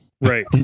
right